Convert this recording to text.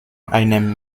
einem